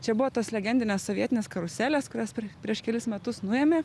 čia buvo tos legendinės sovietinės karuselės kurias prieš kelis metus nuėmė